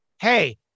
hey